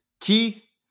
Keith